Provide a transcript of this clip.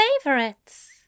favorites